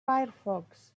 firefox